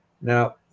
Now